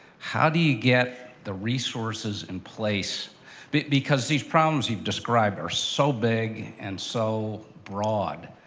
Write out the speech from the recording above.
how do you get the resources in place but because these problems you've described are so big and so broad,